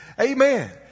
Amen